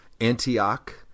Antioch